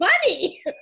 funny